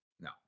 No